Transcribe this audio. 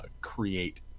create